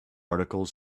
articles